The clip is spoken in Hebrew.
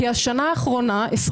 כי השנה האחרונה 22'